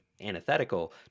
antithetical